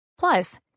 Plus